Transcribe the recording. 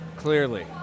Clearly